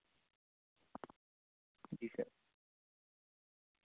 جی سر